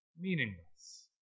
Meaningless